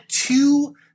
two